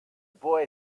boy